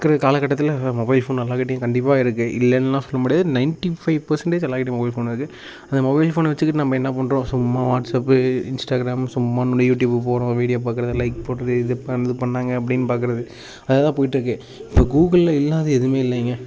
இருக்கிற காலக்கட்டத்தில் mobile phone எல்லார்க்கிட்டையும் கண்டிப்பாக இருக்கு இல்லைன்லாம் சொல்ல முடியாது நைன்ட்டி ஃபைவ் பர்சன்டேஜ் எல்லார்க்கிட்டையும் மொபைல் ஃபோன் இருக்கு அந்த மொபைல் ஃபோனை வச்சுக்கிட்டு நம்ப என்ன பண்ணுறோம் சும்மா வாட்ஸப்பு இன்ஸ்டாகிராமு சும்மா யூட்யூபு போகறோம் வீடியோ பார்க்கறது லைக் போடுறது இது பண் இது பண்ணாங்க அப்படினு பார்க்குறது அதே தான் போயிட்டுருக்கு இப்போ கூகுளில் இல்லாதது எதுவுமே இல்லைங்க